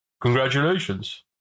Congratulations